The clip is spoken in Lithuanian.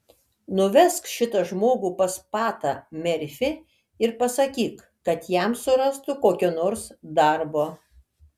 nuvesk šitą žmogų pas patą merfį ir pasakyk kad jam surastų kokio nors darbo